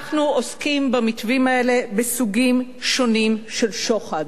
אנחנו עוסקים במתווים האלה בסוגים שונים של שוחד,